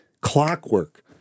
clockwork